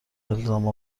الزام